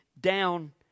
down